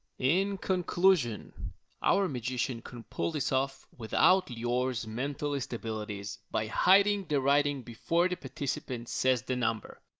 in conclusion our magician can pull this off without lior's mentalist abilities by hiding the writing before the participant says the number.